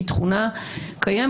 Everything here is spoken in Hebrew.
היא תכונה קיימת.